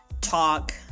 talk